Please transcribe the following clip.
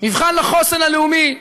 מבחן לחוסן הלאומי,